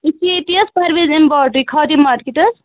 أسۍ چھِ ییٚتی حظ پرویز ایمبارڈری کھادی مارکیٹ حظ